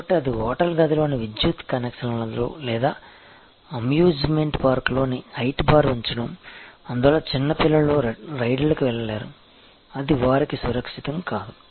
కాబట్టి అది హోటల్ గదిలోని విద్యుత్ కనెక్షన్లలో లేదా అమ్యూజ్మెంట్ పార్క్లోని హైట్ బార్ ఉంచడం అందువలన చిన్న పిల్లలు రైడ్లకు వెళ్లలేరు అది వారికి సురక్షితం కాదు